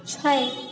छै